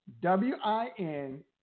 W-I-N